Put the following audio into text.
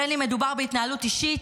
בין שמדובר בהתנהלות אישית,